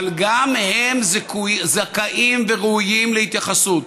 אבל גם הם זכאים וראויים להתייחסות.